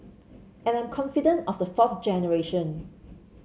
and I'm confident of the fourth generation